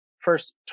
first